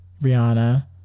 Rihanna